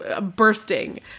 bursting